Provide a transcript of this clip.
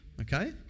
Okay